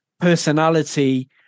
personality